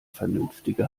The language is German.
vernünftige